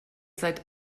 seid